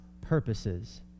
purposes